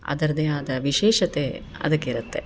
ಅದರದೆ ಆದ ವಿಶೇಷತೆ ಅದಕ್ಕಿರುತ್ತೆ